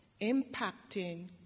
impacting